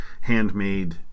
handmade